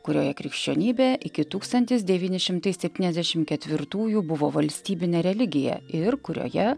kurioje krikščionybė iki tūkstantis devyni šimtai septyniasdešim ketvirtųjų buvo valstybinė religija ir kurioje